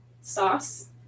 sauce